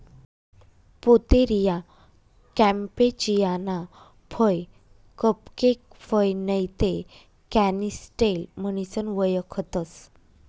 Pouteria campechiana फय cupcake फय नैते कॅनिस्टेल म्हणीसन वयखतंस